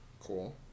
cool